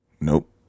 Nope